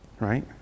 right